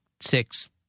six